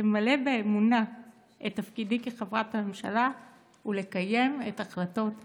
למלא באמונה את תפקידי כחבר הממשלה ולקיים את החלטות הכנסת.